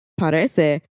Parece